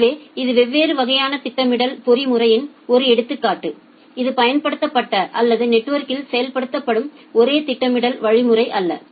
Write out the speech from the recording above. எனவே இது வெவ்வேறு வகையான திட்டமிடல் பொறிமுறையின் ஒரு எடுத்துக்காட்டு இது பயன்படுத்தப்பட்ட அல்லது நெட்வொர்கில் செயல்படுத்தப்படும் ஒரே திட்டமிடல் வழிமுறை அல்ல